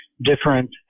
different